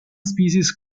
species